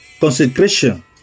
consecration